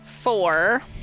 Four